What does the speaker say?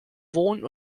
wohn